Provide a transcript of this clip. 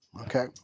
Okay